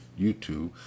YouTube